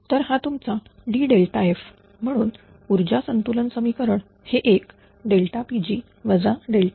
तर हा तुमचा Df म्हणून ऊर्जा संतुलन समीकरण हे एक Pg PL